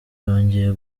yongeye